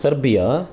Serbia